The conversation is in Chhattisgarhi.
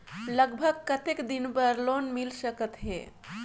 लगभग कतेक दिन बार लोन मिल सकत हे?